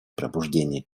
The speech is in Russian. пробуждение